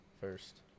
first